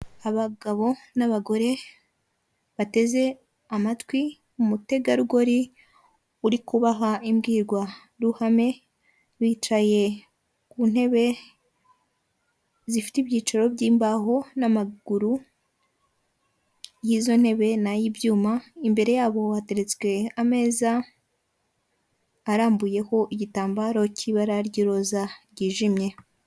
Abagabo n'abagore bateze amatwi umutegarugori uri kubaha imbwirwaruhame, bicaye ku ntebe zifite ibyicaro by'imbaho n'amaguru y'izo ntebe n'ay'ibyuma, imbere yabo hateretswe ameza arambuyeho igitambaro cy'ibara ry'iroza ryijimye.